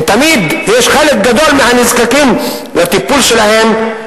הם בכלל לא מגיעים לחלק גדול מהנזקקים לטיפול שלהם.